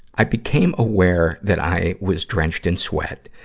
i became aware that i was drenched in sweat.